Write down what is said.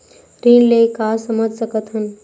ऋण ले का समझ सकत हन?